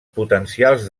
potencials